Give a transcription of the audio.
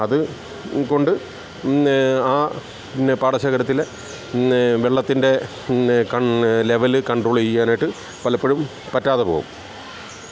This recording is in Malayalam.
അതുകൊണ്ട് ആ പിന്നെ പാടശേഖരത്തിലെ വെള്ളത്തിൻ്റെ ലെവൽ കൺട്രോൾ ചെയ്യാനായിട്ട് പലപ്പോഴും പറ്റാതെപോകും